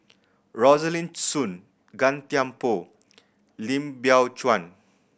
Rosaline Soon Gan Thiam Poh Lim Biow Chuan